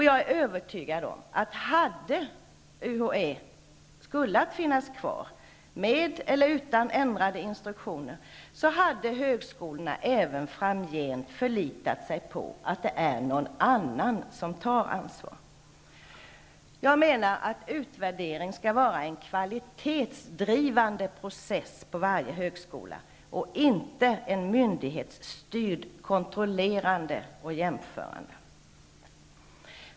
Jag är övertygad om, att hade UHÄ varit kvar med eller utan ändrade instruktioner, hade högskolorna även framgent förlitat sig på att det är någon annan som tar ansvar. Jag menar att utvärdering skall vara en kvalitetsdrivande process vid varje högskola och inte en myndighetsstyrd, kontrollerande och jämförande.